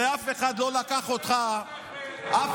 הרי אף אחד לא לקח אותך, אתה מבלבל בשכל.